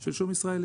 של שום ישראלי.